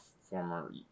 former